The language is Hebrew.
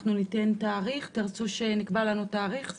תרצו שנקבע תאריך יעד?